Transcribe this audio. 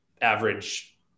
Average